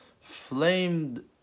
flamed